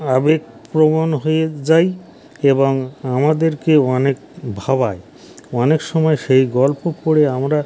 আবেগ প্রবণ হয়ে যাই এবং আমাদেরকে অনেক ভাবায় অনেক সময় সেই গল্প পড়ে আমরা